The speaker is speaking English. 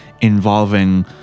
involving